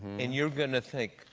and you're going to think,